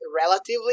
relatively